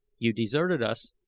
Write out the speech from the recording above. you deserted us,